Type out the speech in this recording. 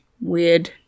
weird